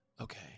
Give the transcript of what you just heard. Okay